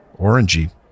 orangey